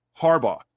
Harbaugh